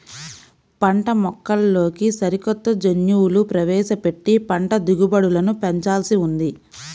పంటమొక్కల్లోకి సరికొత్త జన్యువులు ప్రవేశపెట్టి పంట దిగుబడులను పెంచాల్సి ఉంది